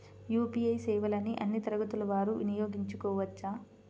UPI సేవలని అన్నీ తరగతుల వారు వినయోగించుకోవచ్చా?